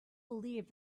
believed